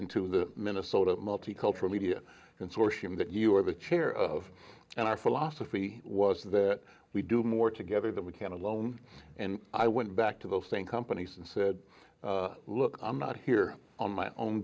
into the minnesota multicultural media consortium that you are the chair of and our philosophy was that we do more together than we can alone and i went back to the thing companies and said look i'm not here on my own